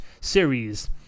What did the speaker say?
series